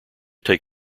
take